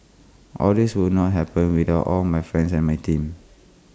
all this would not happened without all my friends and my team